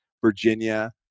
Virginia